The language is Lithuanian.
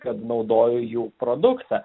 kad naudoju jų produktą